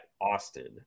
Austin